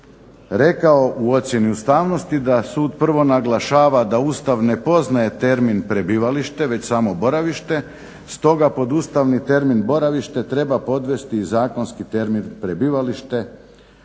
rekao u ocjeni ustavnosti da sud prvo naglašava da Ustav ne poznaje termin prebivalište već samo boravište, stoga pod ustavni termin boravište treba podvesti i zakonski termin prebivalište